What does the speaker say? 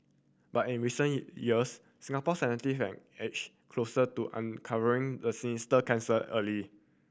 but in recent years Singapore have edged closer to uncovering the sinister cancer early